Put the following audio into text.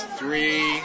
three